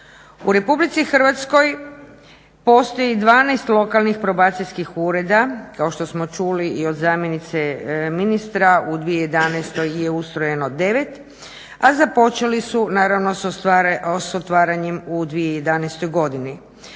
U RH postoji 12 lokalnih probacijskih ureda kao što smo čuli i od zamjenice ministra, u 2011. je ustrojeno 9 a započeli su naravno s otvaranjem u 2011. godini.